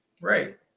Right